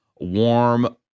Warm